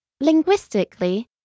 Linguistically